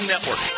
network